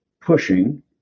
pushing